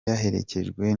yaherekejwe